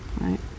right